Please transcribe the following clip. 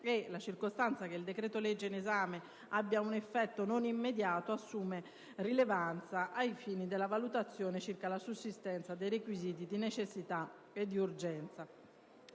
La circostanza che il decreto-legge in esame abbia un effetto non immediato assume rilevanza ai fini della valutazione circa la sussistenza dei requisiti di necessità ed urgenza.